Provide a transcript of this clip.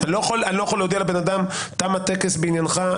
אני לא יכול להודיע לבן האדם: "תם הטקס בעניינך,